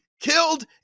killed